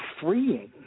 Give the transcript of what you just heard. freeing